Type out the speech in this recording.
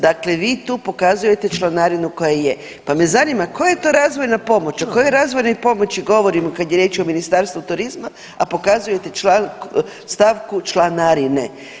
Dakle, vi tu pokazujete članarinu koja je, pa me zanima koja je to razvojna pomoć, o kojoj razvojnoj pomoći govorimo kad je riječ o Ministarstvu turizma, a pokazujete stavku članarine.